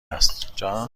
است